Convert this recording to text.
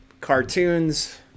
cartoons